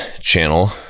channel